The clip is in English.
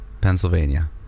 Pennsylvania